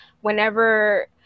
whenever